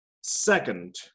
Second